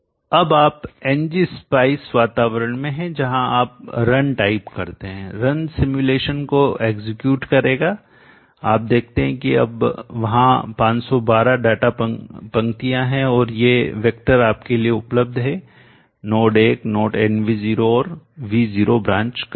अब आप ng spice वातावरण में हैं जहां आप रन टाइप करते हैं रन सिमुलेशन को एग्जीक्यूटनिष्पादन करेगाआप देखते हैं कि अब वहां 512 डेटा पंक्तियाँ हैं और ये वेक्टर आपके लिए उपलब्ध हैं नोड एक नोड nvo और V0 ब्रांच करंट